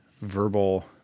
verbal